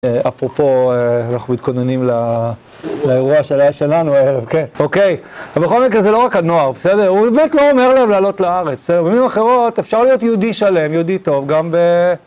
אפרופו, אנחנו מתכוננים לאירוע של היה שלנו, כן, אוקיי. אבל בכל מקרה זה לא רק על נוער, בסדר? הוא באמת לא אומר להם לעלות לארץ, בסדר? במילים אחרות, אפשר להיות יהודי שלם, יהודי טוב, גם ב...